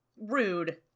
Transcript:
rude